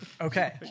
Okay